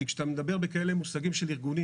כי כשאתה מדבר בכאלה מושגים של ארגונים